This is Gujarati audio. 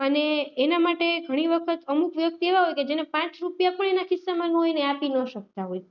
અને એના માટે ઘણી વખત અમુક વ્યક્તિ એવા હોય કે જેને પાંચ રૂપિયા પણ એના ખિસ્સામાં ના હોય અને આપી ન શકતા હોય